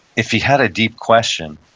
if he had a deep question,